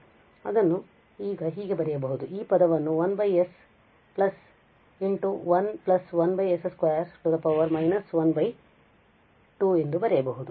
ಆದ್ದರಿಂದ ಅದನ್ನು ಈಗ ಹೀಗೆ ಬರೆಯಬಹುದು ಈ ಪದವನ್ನು 1 s1 1 s 2 −12 ಎಂದು ಬರೆಯಬಹುದು